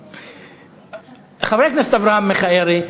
חבר הכנסת אברהם מיכאלי,